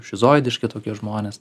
šizoidiniški tokie žmonės